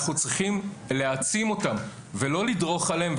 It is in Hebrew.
אנחנו צריכים להעצים אותם ולא לדרוך עליהם,